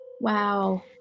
Wow